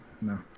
No